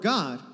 God